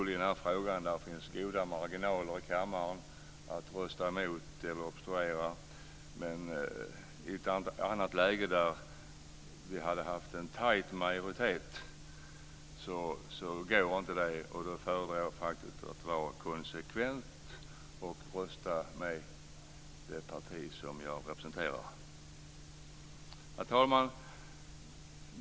Eftersom det finns goda marginaler i kammaren skulle jag kunna rösta emot eller obstruera, men det skulle inte gå när det finns en snäv majoritet. Då får jag vara konsekvent och rösta med det parti som jag representerar. Herr talman!